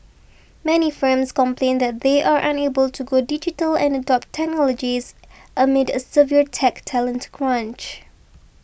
many firms complain that they are unable to go digital and adopt technologies amid a severe tech talent crunch